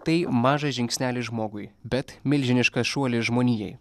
tai mažas žingsnelis žmogui bet milžiniškas šuolis žmonijai